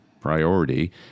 priority